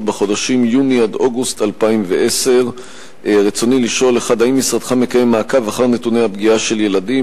בחודשים יוני עד אוגוסט 2010. רצוני לשאול: 1. האם משרדך מקיים מעקב אחר נתוני הפגיעה של ילדים?